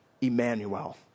Emmanuel